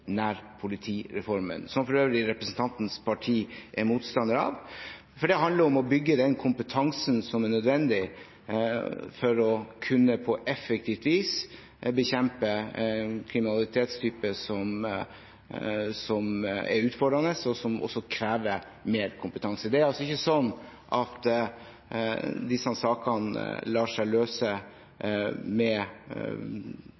nærpolitireformen, som for øvrig representantens parti er motstander av. Det handler om å bygge den kompetansen som er nødvendig for å kunne på effektivt vis bekjempe kriminalitetstyper som er utfordrende, og som også krever mer kompetanse. Det er ikke slik at disse sakene lar seg løse